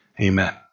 Amen